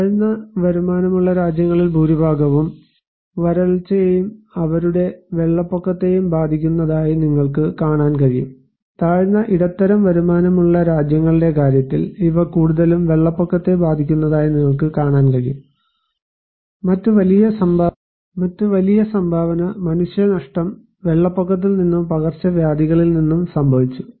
താഴ്ന്ന വരുമാനമുള്ള രാജ്യങ്ങളിൽ ഭൂരിഭാഗവും വരൾച്ചയെയും അവരുടെ വെള്ളപ്പൊക്കത്തെയും ബാധിക്കുന്നതായി നിങ്ങൾക്ക് കാണാൻ കഴിയും താഴ്ന്ന ഇടത്തരം വരുമാനമുള്ള രാജ്യങ്ങളുടെ കാര്യത്തിൽ ഇവ കൂടുതലും വെള്ളപ്പൊക്കത്തെ ബാധിക്കുന്നതായി നിങ്ങൾക്ക് കാണാൻ കഴിയും മറ്റ് വലിയ സംഭാവന മനുഷ്യനഷ്ടം വെള്ളപ്പൊക്കത്തിൽ നിന്നും പകർച്ചവ്യാധികളിൽ നിന്നും സംഭവിച്ചു